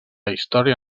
història